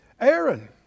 Aaron